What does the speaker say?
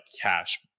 cash